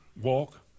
walk